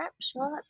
snapshot